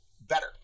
better